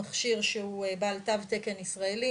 מכשיר שהוא בעל תו תקן ישראלי,